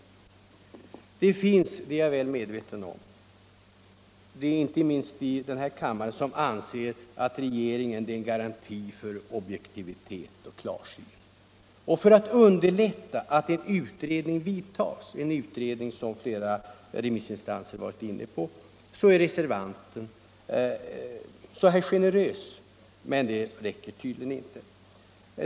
Det finns — det är jag väl medveten om -— inte minst här i kammaren de som anser att regeringen är en garanti för objektivitet och klarsyn. För att underlätta att en utredning kommer till stånd, en utredning som flera remissinstanser tillstyrkt, är reservanten så här generös. Men det räcker tydligen inte.